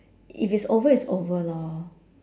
if it's over it's over lor